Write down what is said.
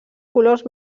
colors